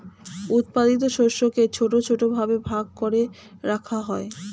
উৎপাদিত শস্যকে ছোট ছোট ভাবে ভাগ করে রাখা হয়